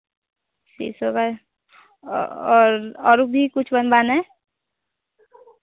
सीसोवर और और भी कुछ बनवाना है